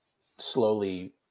slowly